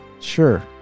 Sure